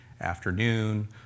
afternoon